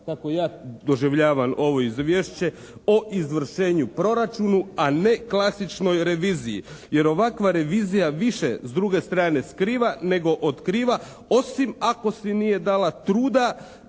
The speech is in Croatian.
tako ja doživljavam ovo izvješće, o izvršenju proračunu a ne klasičnoj reviziji jer ovakva revizija više s druge strane skriva nego otkriva osim ako si nije dala truda